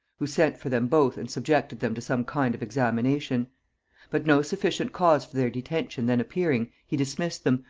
who sent for them both and subjected them to some kind of examination but no sufficient cause for their detention then appearing, he dismissed them,